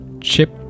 chip